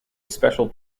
special